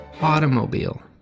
automobile